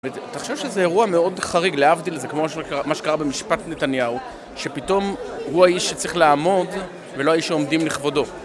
אתה חושב שזה אירוע מאוד חריג להבדיל, זה כמו מה שקרה, מה שקרה במשפט נתניהו שפתאום הוא האיש שצריך לעמוד ולא האיש שעומדים לכבודו